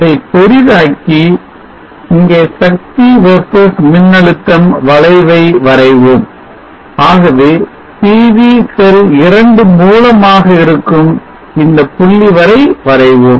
அதைப் பெரிதாக்கி இங்கே சக்தி versus மின்னழுத்தம் வளைவை வரைவோம் ஆகவே PV செல் 2 மூலமாக இருக்கும் இந்த புள்ளி வரை வரைவோம்